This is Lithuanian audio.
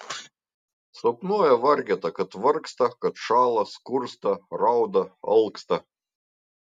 sapnuoja vargeta kad vargsta kad šąla skursta rauda alksta